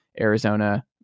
Arizona